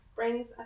brings